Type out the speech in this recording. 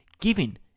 giving